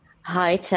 Hi